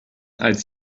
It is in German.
als